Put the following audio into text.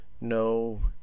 No